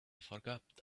forgot